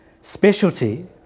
specialty